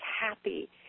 happy